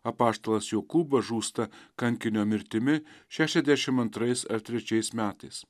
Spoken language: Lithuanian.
apaštalas jokūbas žūsta kankinio mirtimi šešiasdešim antrais ar trečiais metais